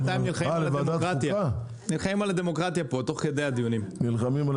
תוך כדי הדיונים, נלחמים כאן על